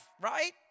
right